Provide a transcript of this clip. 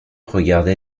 regardait